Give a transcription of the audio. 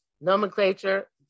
nomenclature